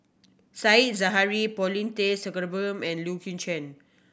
Said Zahari Paulin Tay Straughan and Leu Yew Chye